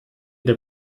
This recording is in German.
der